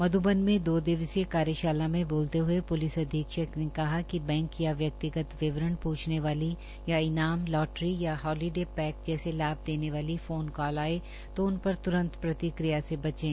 मधुबन में दो दिवसीय कार्यशाला में बोलते हुए पुलिस अधीक्षक ने कहा कि बैंक या व्यक्तिगत विवरण प्रछने वाली या इनाम लाटरी या हाली डे पैक जैसे लाभ देने वाली फोन कॉल आए तो उन पर तुरंत प्रतिकिया से बचें